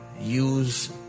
use